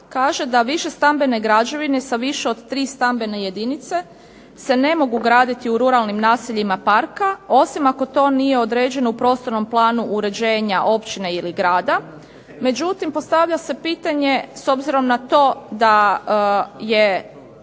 kaže da više stambene građevine sa više od 3 stambene jedinice se ne mogu graditi u ruralnim naseljima parka osim ako to nije uređeno u prostornom planu uređenja općine ili grada, međutim, postavlja se pitanje s obzirom na to da je